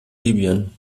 libyen